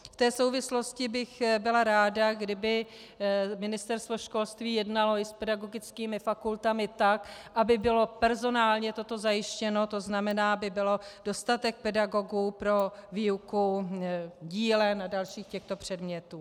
V té souvislosti bych byla ráda, kdyby Ministerstvo školství jednalo i s pedagogickými fakultami tak, aby bylo personálně toto zajištěno, tzn. aby byl dostatek pedagogů pro výuku dílen a dalších těchto předmětů.